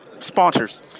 sponsors